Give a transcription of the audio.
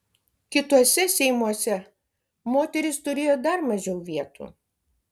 kituose seimuose moterys turėjo dar mažiau vietų